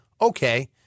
Okay